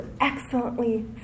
excellently